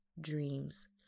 dreams